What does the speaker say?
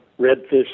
Redfish